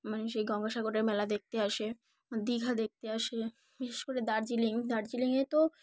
মানে সেই গঙ্গাসাগরের মেলা দেখতে আসে দীঘা দেখতে আসে বিশেষ করে দার্জিলিং দার্জিলিংয়ে তো